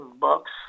bucks